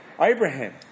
Abraham